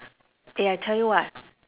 eh I tell you what